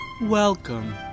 Welcome